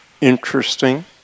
interesting